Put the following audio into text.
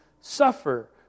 suffer